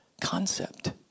concept